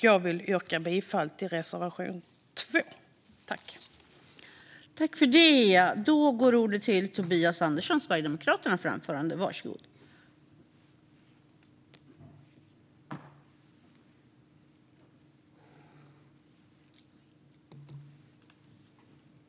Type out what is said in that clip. Jag yrkar bifall till reservation 2.